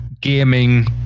gaming